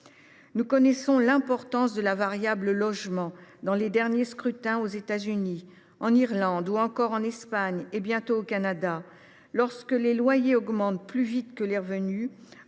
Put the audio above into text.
Nous connaissons l’importance de la variable du logement dans les derniers scrutins aux États Unis, en Irlande ou encore en Espagne, et bientôt au Canada. Lorsque les loyers augmentent plus vite que les revenus,